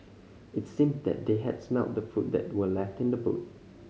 it seemed that they had smelt the food that were left in the boot